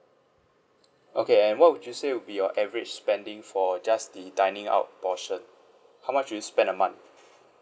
okay and what would you say would be your average spending for just the dining out portion how much do you spend a month